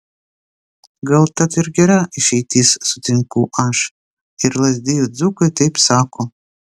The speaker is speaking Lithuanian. gal tat ir gera išeitis sutinku aš ir lazdijų dzūkai taip sako